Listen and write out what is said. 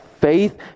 faith